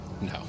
No